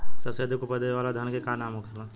सबसे अधिक उपज देवे वाला धान के का नाम होखे ला?